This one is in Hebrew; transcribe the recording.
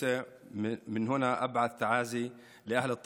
(אומר בערבית: מכאן אני משגר את תנחומיי להורי